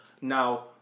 Now